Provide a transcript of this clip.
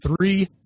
three